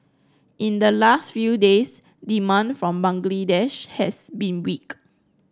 in the last few days demand from Bangladesh has been weak